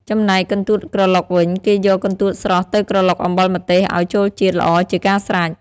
ចំណែក កន្ទួតក្រឡុក វិញ គេយក កន្ទួតស្រស់ទៅក្រឡុកអំបិលម្ទេសឲ្យចូលជាតិល្អជាការស្រេច។